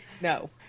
No